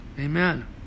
Amen